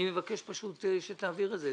אני מבקש פשוט שתעביר את זה,